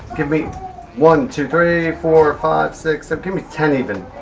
give me one, two, three, four, five, six, so give me ten even.